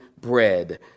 bread